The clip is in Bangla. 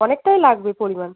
অনেকটাই লাগবে পরিমাণ